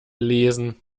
lesen